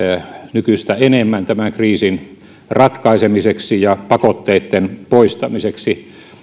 nykyistä enemmän tämän kriisin ratkaisemiseksi ja pakotteitten poistamiseksi